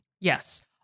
Yes